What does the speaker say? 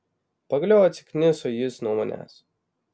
pagaliau atsikniso jis nuo manęs